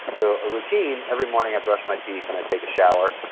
so a routine, every morning i brush my teeth and i take a shower,